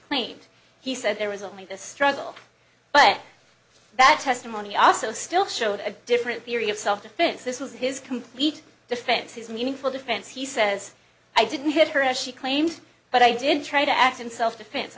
claimed he said there was only the struggle but that testimony also still showed a different theory of self defense this was his complete defense his meaningful defense he says i didn't hit her as she claimed but i didn't try to act in self defense